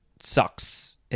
sucks